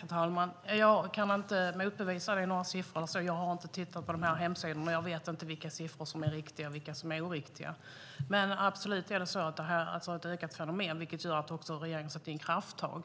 Herr talman! Jag kan inte motbevisa siffrorna. Jag har inte tittat på de här hemsidorna och vet inte vilka siffror som är riktiga och vilka som är oriktiga. Men detta är absolut ett ökat fenomen, vilket gör att regeringen sätter in krafttag.